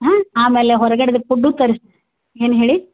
ಹಾಂ ಆಮೇಲೆ ಹೊರಗಡೆದು ಪುಡ್ಡು ತರಿಸಿ ಏನು ಹೇಳಿ